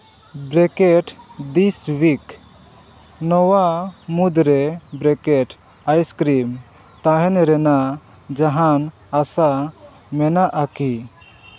bracket ᱫᱤᱥ ᱩᱭᱤᱠ ᱱᱚᱣᱟ ᱢᱩᱫᱽᱨᱮ ᱵᱨᱮᱠᱮᱴ ᱟᱭᱤᱥᱠᱨᱤᱢ ᱛᱟᱦᱮᱱ ᱨᱮᱱᱟᱜ ᱡᱟᱦᱟᱱ ᱟᱥᱟ ᱢᱮᱱᱟᱜᱼᱟᱠᱤ